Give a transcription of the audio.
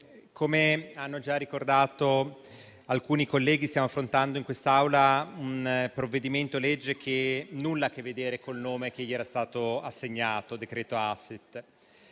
come hanno già ricordato alcuni colleghi, stiamo affrontando in quest'Aula un provvedimento che nulla ha a che vedere con il nome che gli era stato assegnato, ossia decreto *asset*.